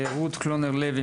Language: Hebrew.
רות קלונר-לוי,